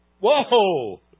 Whoa